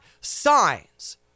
signs